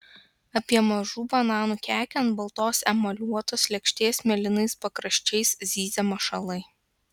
apie mažų bananų kekę ant baltos emaliuotos lėkštės mėlynais pakraščiais zyzia mašalai